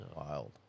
Wild